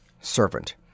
Servant